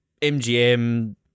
MGM